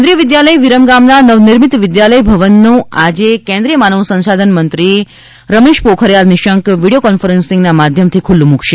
કેન્દ્રીય વિદ્યાલય વિરમ ગામના નવનિર્મિત વિદ્યાલય ભવનને આજે કેન્દ્રીય માનવ સંશાધન મંત્રી રમેશ પોખરીયાલ નિશંક વીડિયો કોન્ફરિસિંગના માધ્યમથી ખુલ્લું મુકશે